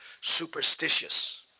superstitious